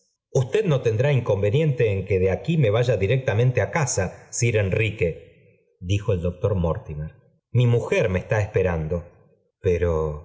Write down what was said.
usted no tendré inconveniente en que de aquí me vaya directamente á casa sir enrique dijo el doctor mortimer mi mujer me esté esperanf do pero